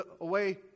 away